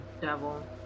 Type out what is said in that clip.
devil